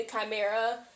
chimera